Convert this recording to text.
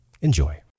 Enjoy